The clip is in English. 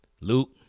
Luke